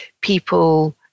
people